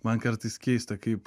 man kartais keista kaip